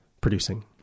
producing